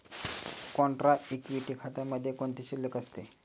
Contra equity खात्यामध्ये कोणती शिल्लक असते?